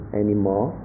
anymore